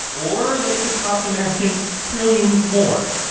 or that it could cost americans trillions more.